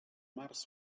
març